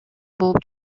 болуп